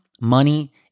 money